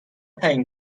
تعیین